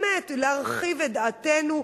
באמת להרחיב את דעתנו,